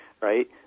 right